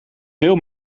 veel